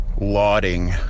lauding